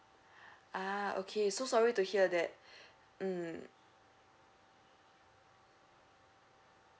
ah okay so sorry to hear that mm